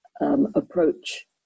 approach